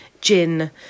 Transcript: gin